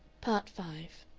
part five